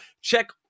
Check